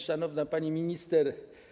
Szanowna Pani Minister!